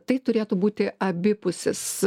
tai turėtų būti abipusis